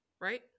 right